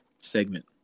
segment